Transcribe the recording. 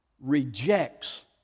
rejects